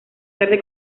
tarde